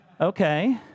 Okay